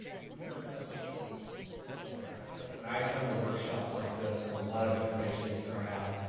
so we do have another question online but before we go there, i know when i come to workshops like this, and a lot of information gets thrown out,